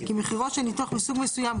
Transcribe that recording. כי מחירו של ניתוח מסוג מסוים,